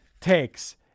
takes